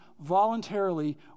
voluntarily